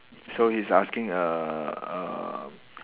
so it's asking err err